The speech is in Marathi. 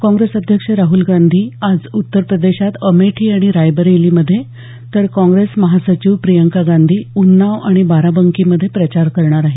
काँप्रेस अध्यक्ष राहुल गांधी आज उत्तरप्रदेशात अमेठी आणि रायबरेलीमधे तर काँग्रेस महासचिव प्रियंका गांधी उन्नाव आणि बाराबंकीमधे प्रचार करणार आहेत